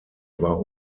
war